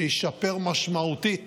שישפר משמעותית